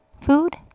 food